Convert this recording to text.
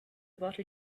bottle